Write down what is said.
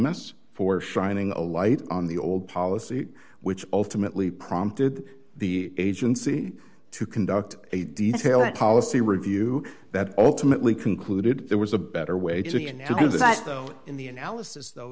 mass for shining a light on the old policy which ultimately prompted the agency to conduct a detailed policy review that ultimately concluded there was a better way to know that though in the analysis though